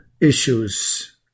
issues